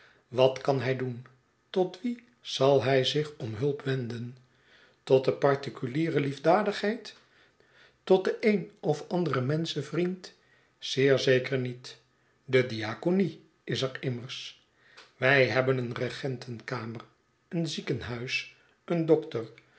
wat kan hij doen tot wien zal hij zich om hulp wenden tot de particuliere liefdadigheid tot den een of anderen menschenvriend zeer zeker niet de diaconie is er immers wij hebben een regentenkamer een ziekenhuis een dokter